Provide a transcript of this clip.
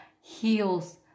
heels